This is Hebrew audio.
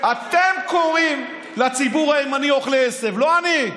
אתם קוראים לציבור הימני "אוכלי עשב", לא אני,